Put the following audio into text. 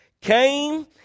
came